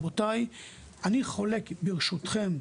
אני חולק ברשותכם,